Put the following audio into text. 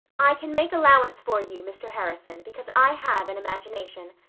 i can make allowance for you, mr. harrison, because i have an imagination.